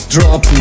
Drop